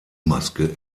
maske